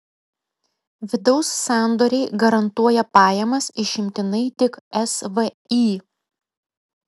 vidaus sandoriai garantuoja pajamas išimtinai tik svį